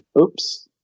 oops